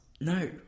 No